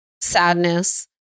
sadness